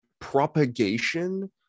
propagation